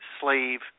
slave